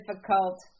difficult